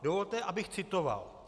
Dovolte, abych citoval.